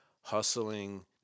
hustling